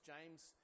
James